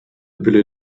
billy